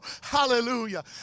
Hallelujah